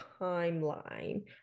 timeline